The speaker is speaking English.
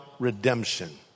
Redemption